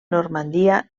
normandia